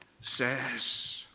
says